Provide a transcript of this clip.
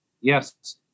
yes